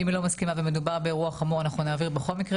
אם היא לא מסכימה ומדובר באירוע חמור אנחנו נעביר בכל מקרה